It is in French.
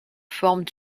forment